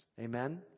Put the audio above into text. Amen